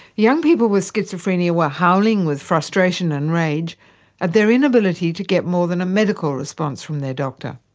young people with schizophrenia were howling with frustration and rage at their inability to get more than a medical response from their doctor.